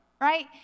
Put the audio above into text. right